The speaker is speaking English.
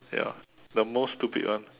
ya the most stupid one